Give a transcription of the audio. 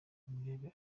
nimurebe